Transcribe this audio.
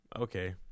Okay